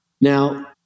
Now